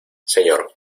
señor